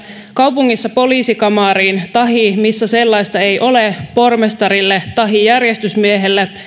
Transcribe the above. kaupungissa poliisikamariin tahi missä sellaista ei ole pormestarille tahi järjestysmiehelle